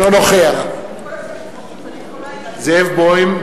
אינו נוכח זאב בוים,